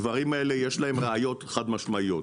ראיות חד-משמעיות.